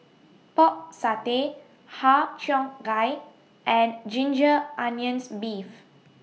Pork Satay Har Cheong Gai and Ginger Onions Beef